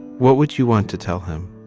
what would you want to tell him?